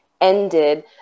ended